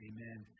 Amen